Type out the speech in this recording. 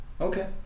Okay